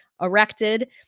erected